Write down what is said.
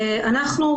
אנחנו,